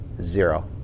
zero